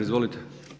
Izvolite.